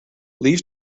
leaves